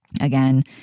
again